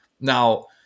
Now